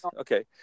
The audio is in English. Okay